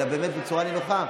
אלא באמת בצורה נינוחה.